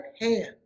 hand